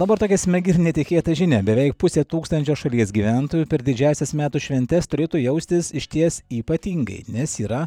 dabar tokia smegi ir netikėta žinia beveik pusė tūkstančio šalies gyventojų per didžiąsias metų šventes turėtų jaustis išties ypatingai nes yra